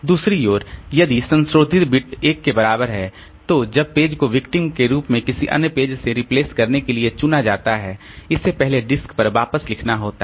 दूसरी ओर यदि संशोधित बिट 1 के बराबर है तो जब पेज को विक्टिम के रूप में किसी अन्य पेज से रिप्लेस करने के लिए चुना जाता है इसे पहले डिस्क पर वापस लिखना होता है